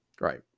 Right